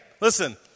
Listen